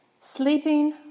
Sleeping